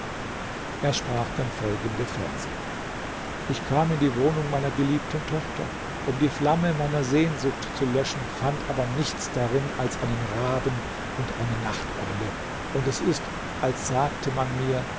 er sprach dann folgende verse ich kam in die wohnung meiner geliebten tochter um die flamme meiner sehnsucht zu löschen fand aber nichts darin als einen raben und eine nachteule und es ist als sagte man mir